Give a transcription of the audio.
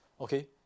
Okay